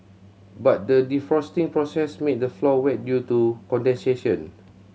but the defrosting process made the floor wet due to condensation